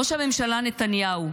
ראש הממשלה נתניהו,